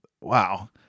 wow